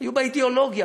היו באידיאולוגיה,